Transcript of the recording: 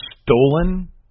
stolen